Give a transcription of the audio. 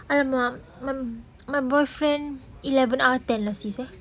I mah my my boyfriend eleven out of ten lah sis [sial]